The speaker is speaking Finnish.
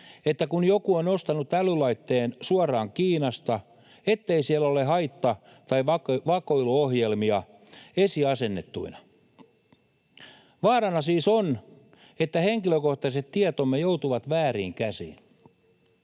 se, kun joku on ostanut älylaitteen suoraan Kiinasta, ettei siellä ole haitta‑ tai vakoiluohjelmia esiasennettuina? Vaarana siis on, että henkilökohtaiset tietomme joutuvat vääriin käsiin.